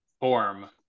form